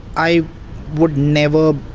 i would never